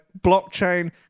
blockchain